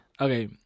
Okay